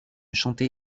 chanter